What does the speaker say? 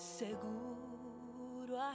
seguro